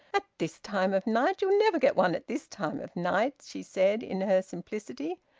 at this time of night? you'll never get one at this time of night! she said, in her simplicity.